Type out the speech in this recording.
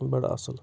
بَڑٕ اَصٕل